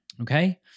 Okay